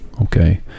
Okay